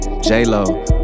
J-Lo